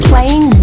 Playing